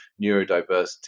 neurodiversity